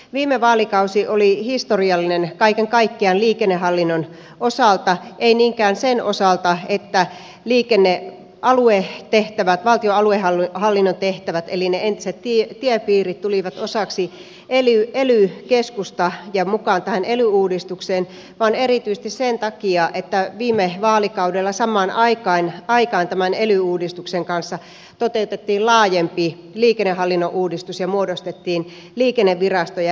viime vaalikausi oli historiallinen kaiken kaikkiaan liikennehallinnon osalta ei niinkään sen osalta että liikennealuetehtävät valtion aluehallinnon tehtävät eli ne entiset tiepiirit tulivat osaksi ely keskusta ja mukaan tähän ely uudistukseen vaan erityisesti sen takia että viime vaalikaudella samaan aikaan tämän ely uudistuksen kanssa toteutettiin laajempi liikennehallinnon uudistus ja muodostettiin liikennevirasto ja liikenteen turvallisuusvirasto